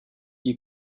you